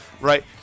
Right